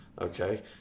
okay